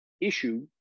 issue